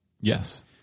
Yes